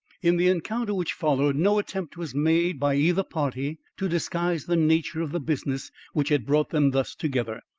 in the encounter which followed no attempt was made by either party to disguise the nature of the business which had brought them thus together.